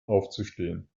aufzustehen